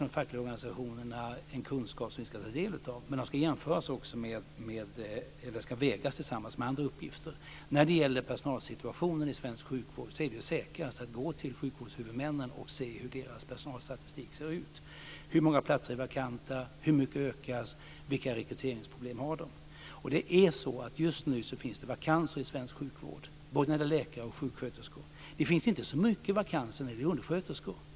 De fackliga organisationerna har självfallet också en kunskap som vi ska ta del av, men detta ska vägas tillsammans med andra uppgifter. När det gäller personalsituationen i svensk sjukvård är det säkrast att gå till sjukvårdshuvudmännen och se hur deras personalstatistik ser ut. Hur många platser är vakanta? Hur mycket ökar det? Vilka rekryteringsproblem har de? Just nu finns det vakanser i svensk sjukvård, både när det gäller läkare och sjuksköterskor. Det finns inte så många vakanser när det gäller undersköterskor.